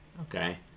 okay